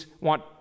want